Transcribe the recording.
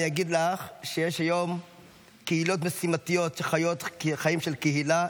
אני רק אגיד לך שיש היום קהילות משימתיות שחיות חיים של קהילה,